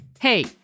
Hey